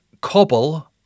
cobble